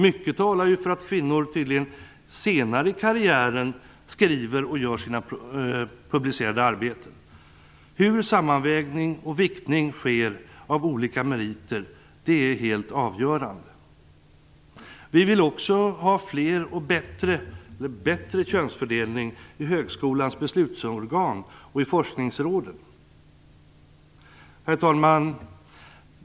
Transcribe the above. Mycket talar för att kvinnor senare i karriären skriver och gör sina publicerade arbeten. Hur sammanvägning och viktning av olika meriter sker är helt avgörande. Vi vill också ha bättre könsfördelning i högskolans beslutsorgan och i forskningsråden. Herr talman!